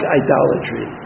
idolatry